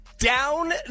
Down